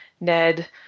Ned